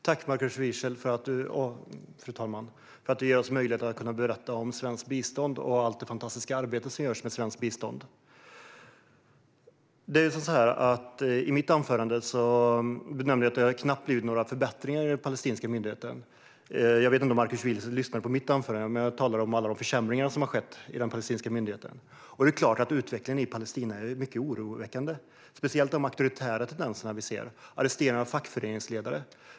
Fru talman! Tack, Markus Wiechel, för att du ger mig möjlighet att berätta om svenskt bistånd och allt det fantastiska arbete som görs med svenskt bistånd! Markus Wiechel sa att det knappt har blivit några förbättringar i den palestinska myndigheten. Jag vet inte om han lyssnade på mitt anförande, men där talade jag om alla de försämringar som har skett i den palestinska myndigheten. Utvecklingen i Palestina är naturligtvis mycket oroväckande, speciellt de auktoritära tendenser som vi ser och arresteringarna av fackföreningsledare.